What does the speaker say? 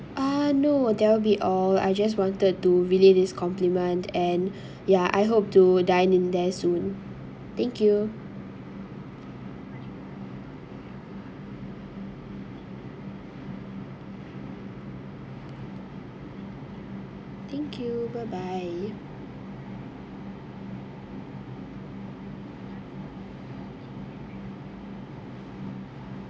uh no that'll be all I just wanted to relay this compliment and ya I hope to dine in there soon thank you thank you bye bye